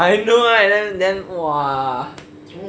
I know right then then !wah!